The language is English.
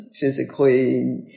physically